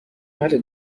اهل